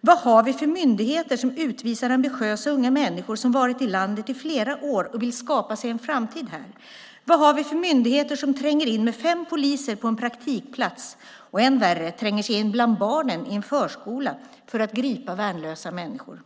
"Vad har vi för myndigheter som utvisar ambitiösa unga människor som varit i landet i flera år och vill skapa sig en framtid här? Vad har vi för myndigheter som tränger in med fem poliser på en praktikplats - och än värre - tränger sig in bland barnen i en förskola, för att gripa värnlösa människor?